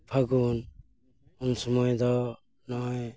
ᱯᱷᱟᱹᱜᱩᱱ ᱩᱱ ᱥᱩᱢᱟᱹᱭ ᱫᱚ ᱱᱚᱜᱼᱚᱭ